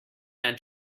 than